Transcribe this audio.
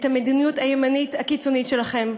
את המדיניות הימנית הקיצונית שלכם.